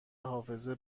حافظه